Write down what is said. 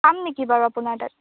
পাম নেকি বাৰু আপোনাৰ তাত